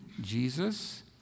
Jesus